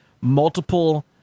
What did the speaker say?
multiple